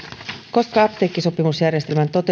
koska apteekkisopimusjärjestelmän